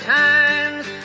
times